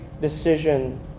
decision